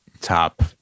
top